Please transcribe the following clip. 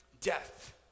death